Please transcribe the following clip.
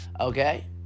okay